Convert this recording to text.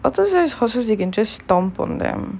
otter sized horses you can just stomp on them